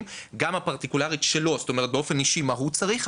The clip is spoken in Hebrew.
גם הפרטיקולרית שלו זאת אומרת מה הוא צריך באופן אישי.